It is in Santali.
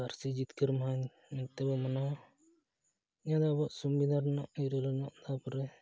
ᱯᱟᱹᱨᱥᱤ ᱡᱤᱛᱠᱟᱹᱨ ᱢᱟᱦᱟ ᱢᱮᱱᱛᱮ ᱵᱚᱱ ᱢᱟᱱᱟᱣᱟ ᱡᱟᱦᱟᱸ ᱫᱚ ᱟᱵᱚᱣᱟᱜ ᱥᱚᱝᱵᱤᱫᱷᱟᱱ ᱨᱮᱱᱟᱜ ᱤᱨᱟᱹᱞ ᱟᱱᱟᱜ ᱫᱷᱟᱯᱨᱮ